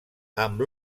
amb